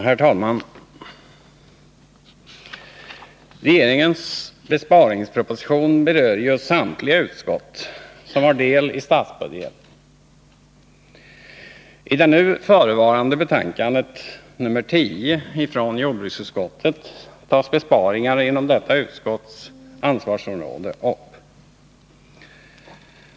Herr talman! Regeringens besparingsproposition berör ju samtliga utskott som har del i statsbudgeten. I det förevarande betänkandet, nr 10 från jordbruksutskottet, tas besparingar inom detta utskotts ansvarsområde upp.